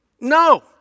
No